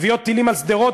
מביאות טילים על שדרות,